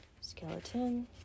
Skeleton